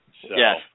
Yes